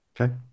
Okay